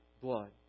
blood